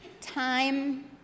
time